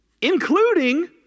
including